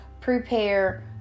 prepare